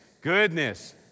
goodness